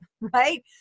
right